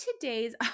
today's